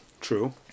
true